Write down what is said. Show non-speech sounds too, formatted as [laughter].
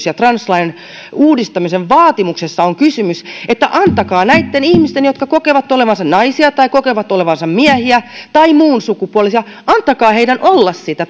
[unintelligible] ja translain uudistamisen vaatimuksessa on kysymys että antakaa näitten ihmisten jotka kokevat olevansa naisia tai kokevat olevansa miehiä tai muunsukupuolisia olla sitä [unintelligible]